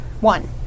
One